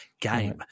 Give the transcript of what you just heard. game